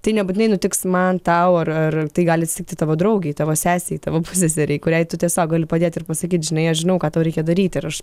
tai nebūtinai nutiks man tau ar ar tai gali atsitikti tavo draugei tavo sesei tavo pusseserei kuriai tu tiesiog gali padėt ir pasakyt žinai aš žinau ką tau reikia daryti ir aš